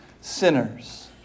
sinners